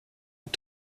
und